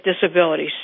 disabilities